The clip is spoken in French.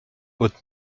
hautes